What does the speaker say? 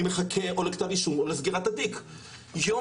אני מחכה או לכתב אישום או לסגירת התיק.